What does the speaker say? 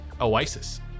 Oasis